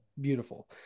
Beautiful